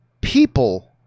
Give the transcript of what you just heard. people